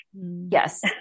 Yes